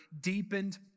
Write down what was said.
deepened